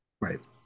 right